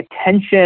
attention